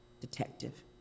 detective